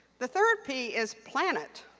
the third p is planet.